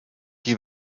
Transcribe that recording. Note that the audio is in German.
die